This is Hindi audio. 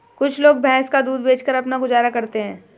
कुछ लोग भैंस का दूध बेचकर अपना गुजारा करते हैं